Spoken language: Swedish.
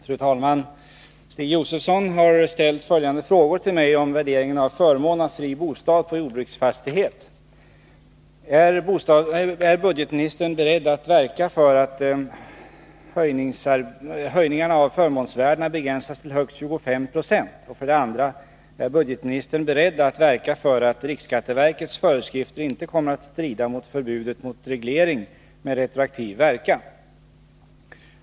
Fru talman! Stig Josefson har ställt följande frågor till mig om värderingen av förmån av fri bostad på jordbruksfastighet. 1. Är budgetministern beredd att verka för att höjningarna av förmånsvärdena begränsas till högst 25 970? 2. Är budgetministern beredd att verka för att riksskatteverkets föreskrifter inte kommer att strida mot förbudet mot reglering med retroaktiv verkan?